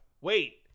wait